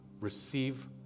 receive